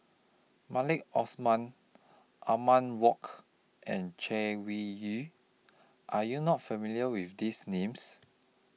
Maliki Osman Othman Wok and Chay Weng Yew Are YOU not familiar with These Names